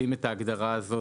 עבירות מהירות ועוד שלל עבירות,